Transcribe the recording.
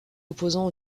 opposants